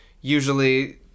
usually